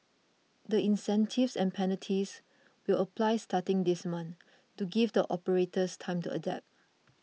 the incentives and penalties will apply starting this month to give the operators time to adapt